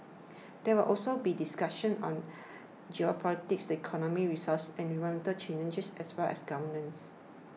there will also be discussions on geopolitics the economy resource and environmental challenges as well as governance